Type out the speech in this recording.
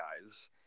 guys